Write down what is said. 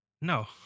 No